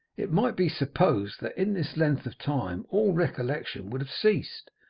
it might be supposed that in this length of time all recollection would have ceased,